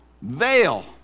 veil